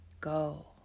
go